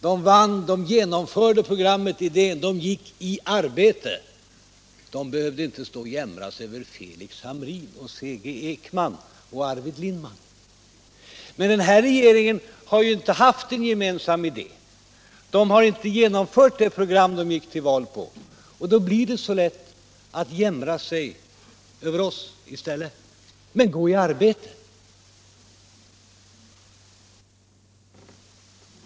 De gick i arbete och genomförde idén, de behövde inte stå och jämra sig över Felix Hamrin, C. G. Ekman och Arvid Lindman. Men den här regeringen har ju inte haft en gemensam idé, och den har inte genomfört det program den gick till val på. Och då blir det så lätt att jämra sig över oss i stället. Men gå i arbete!